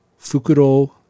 Fukuro